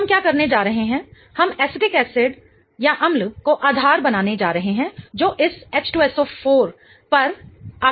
तो हम क्या करने जा रहे हैं हम एसिटिक एसिड अम्ल को आधार बनाने जा रहे हैं जो इस H2SO4 पर आक्रमण करेगा